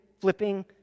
flipping